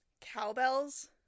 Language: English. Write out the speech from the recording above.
Cowbells